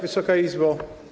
Wysoka Izbo!